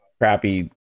crappy